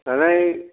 दालाय